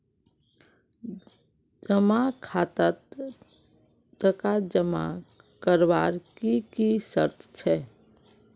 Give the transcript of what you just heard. जमा खातात टका जमा करवार की की शर्त छे?